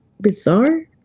Bizarre